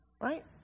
right